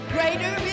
Greater